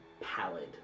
pallid